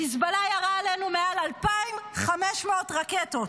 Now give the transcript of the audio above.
חיזבאללה ירה עלינו מעל 2,500 רקטות,